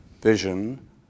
vision